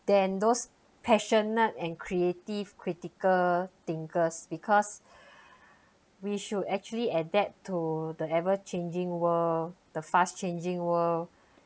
then those passionate and creative critical thinkers because we should actually adapt to the ever changing world the fast changing world